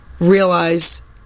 realize